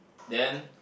then